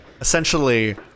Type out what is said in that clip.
essentially